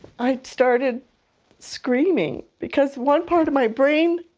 i started screaming, because one part of my brain,